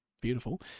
beautiful